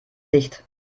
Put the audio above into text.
dicht